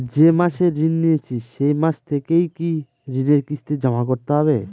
যে মাসে ঋণ নিয়েছি সেই মাস থেকেই কি ঋণের কিস্তি জমা করতে হবে?